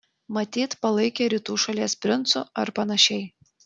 matyt palaikė rytų šalies princu ar panašiai